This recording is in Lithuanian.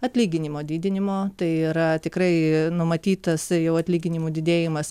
atlyginimo didinimo tai yra tikrai numatytas jau atlyginimų didėjimas